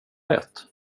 rätt